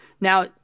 Now